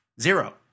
Zero